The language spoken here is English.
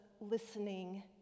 listening